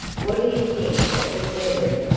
what do you think of the scenery?